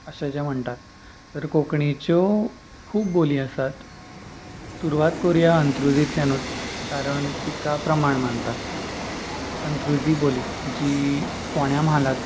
अशें जे म्हणटात तर कोंकणीच्यो खूब बोली आसात सुरवात करुया अंत्रुजींतल्यानूच कारण तिका प्रमाण मानतात अंत्रुजी बोली जी फोंड्यां म्हालांत